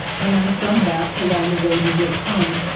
and some back along the road we had come.